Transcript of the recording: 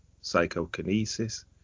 psychokinesis